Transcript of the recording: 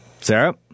Sarah